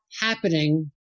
happening